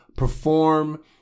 perform